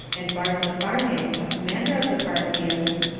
and barzapharnes, a commander of the parthians,